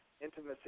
Intimacy